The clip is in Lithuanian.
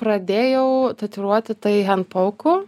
pradėjau tatuiruoti tai hend pauku